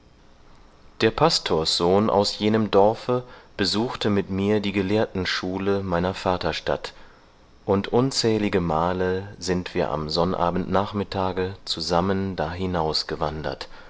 der pastorssohn aus jenem dorfe besuchte mit mir die gelehrtenschule meiner vaterstadt und unzählige male sind wir am sonnabendnachmittage zusammen dahinaus gewandert